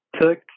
took